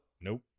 Nope